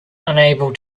unable